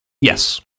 Yes